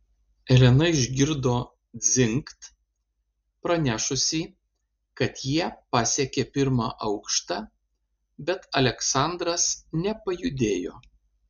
elena išgirdo dzingt pranešusį kad jie pasiekė pirmą aukštą bet aleksandras nepajudėjo